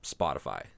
Spotify